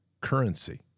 currency